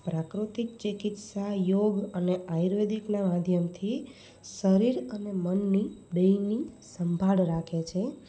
પ્રાકૃતિક ચીકીત્સા યોગ અને આયુર્વેદિકના માધ્યમથી શરીર અને મનની બેયની સંભાળ રાખે છે